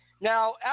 now